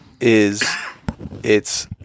is—it's